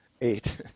eight